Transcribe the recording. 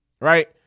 right